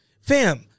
Fam